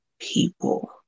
people